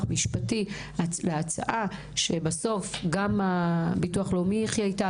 משפטי להצעה שבסוף גם הביטוח הלאומי יחיה איתה.